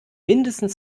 mindestens